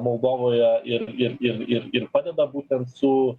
moldovoje ir ir ir ir ir padeda būtent su